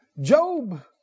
Job